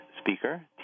speaker